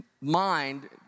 mind